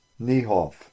Niehoff